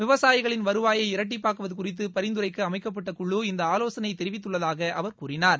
விவசாயிகளின் வருவாயை இரட்டிப்பாக்குவது குறித்து பரிந்துரைக்க அமைக்கப்பட்ட குழு இந்த ஆலோசனையை தெரிவித்துள்ளதாக அவர் கூறினார்